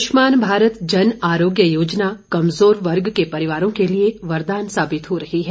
आयुष्मान भारत जन आरोग्य योजना कमजोर वर्ग के परिवारों के लिए वरदान साबित हो रही है